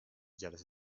جلسه